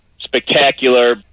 spectacular